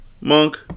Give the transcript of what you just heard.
Monk